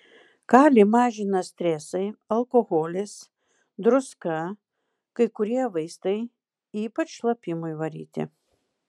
kalį mažina stresai alkoholis druska kai kurie vaistai ypač šlapimui varyti